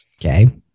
Okay